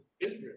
Israel